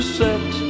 set